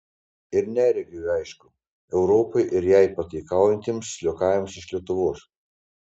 ir neregiui aišku europai ir jai pataikaujantiems liokajams iš lietuvos